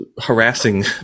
harassing